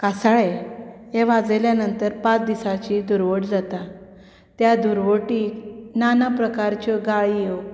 कासाळें हें वाजयले नंतर पांच दिसांची धुरवट जाता त्या धुरवटीक नाना प्रकारच्यो गाळयो